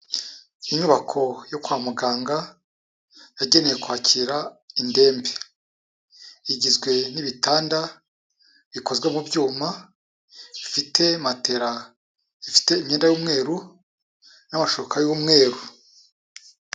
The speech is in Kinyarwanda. Inyubako yo kwa muganga yagenewe kwakira indembe igizwe n'ibitanda bikozwe mu byuma bifite matera zifite imyenda y'umweru n'amashuka y'umweru.